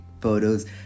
photos